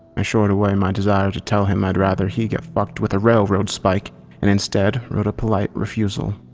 i shored away my desire to tell him i'd rather he get fucked with a railroad spike and instead wrote a polite refusal.